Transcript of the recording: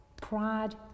Pride